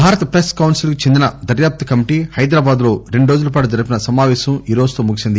భారత ప్రెస్ కౌన్సిల్కు చెందిన దర్యాప్తు కమిటీ హైదరాబాదులో రెండు రోజులపాటు జరిపిన సమావేశం నేటితో ముగిసింది